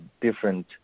different